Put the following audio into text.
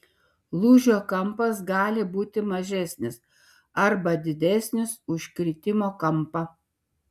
lūžio kampas gali būti mažesnis arba didesnis už kritimo kampą